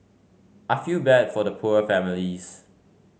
I feel bad for the poor families